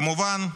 כמובן,